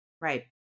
Right